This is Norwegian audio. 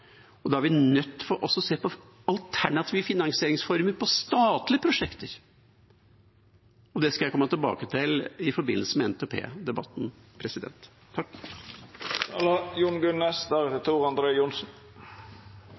Da er vi nødt til å se på alternative finansieringsformer for statlige prosjekter, og det skal jeg komme tilbake til i forbindelse med